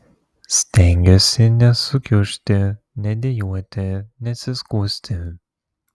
stengiuosi nesukiužti nedejuoti nesiskųsti